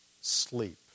sleep